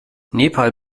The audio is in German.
nepal